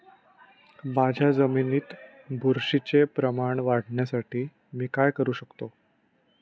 माझ्या जमिनीत बुरशीचे प्रमाण वाढवण्यासाठी मी काय करू शकतो?